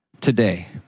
today